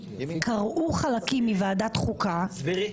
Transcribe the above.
קרעו חלקים מוועדת חוקה --- תסבירי.